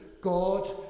God